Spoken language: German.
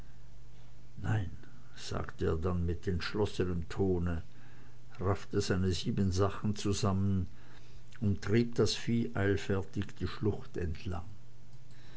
nein sagte er dann mit entschlossenem tone raffte seine siebensachen zusammen und trieb das vieh eilfertig die schlucht entlang